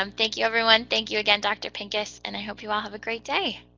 um thank you, everyone. thank you again, dr. pincus. and i hope you all have a great day.